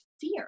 fear